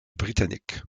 britannique